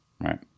Right